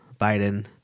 Biden